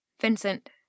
Vincent